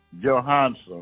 johansson